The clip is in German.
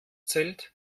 zelt